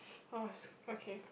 oh okay